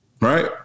Right